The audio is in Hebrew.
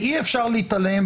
אי-אפשר להתעלם,